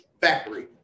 factory